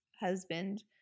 husband